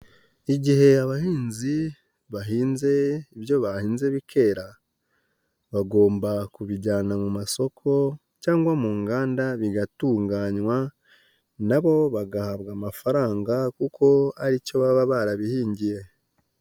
Iabahinzi bahinze ibyo bahinze bikera, bagomba kubijyana mu masoko cyangwa mu nganda bigatunganywa, nabo bagahabwa amafaranga kuko aricyo baba barabihingiye.